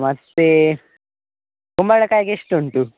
ಮತ್ತು ಕುಂಬಳಕಾಯ್ಗೆ ಎಷ್ಟು ಉಂಟು